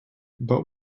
but